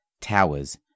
towers